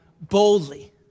boldly